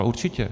Určitě.